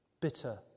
bitter